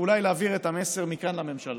ואולי להעביר את המסר מכאן לממשלה.